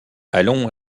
allons